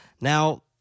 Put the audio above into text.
Now